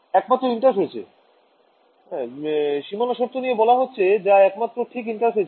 একমাত্র ইন্টারফেস এ সীমানা শর্ত নিয়ে বলা হচ্ছে যা একমাত্র ঠিক ইন্টারফেস এ